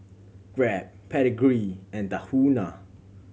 Grab Pedigree and Tahuna